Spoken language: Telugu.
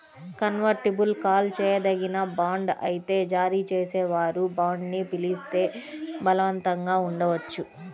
కన్వర్టిబుల్ కాల్ చేయదగిన బాండ్ అయితే జారీ చేసేవారు బాండ్ని పిలిస్తే బలవంతంగా ఉండవచ్చు